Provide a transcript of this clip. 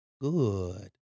Good